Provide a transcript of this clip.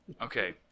Okay